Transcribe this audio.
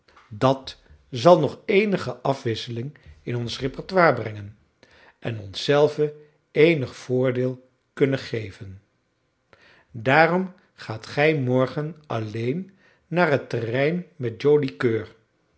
dat zal nog eenige afwisseling in ons repertoire brengen en ons zelven eenig voordeel kunnen geven daarom gaat gij morgen alleen naar het terrein met